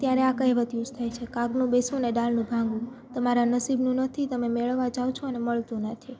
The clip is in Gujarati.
ત્યારે આ કહેવત યુસ થાય છે કાગનું બેસવુંને ડાળનું ભાંગવું તમારા નસીબનું નથી તમે મેળવા જાઓ છો અને મળતું નથી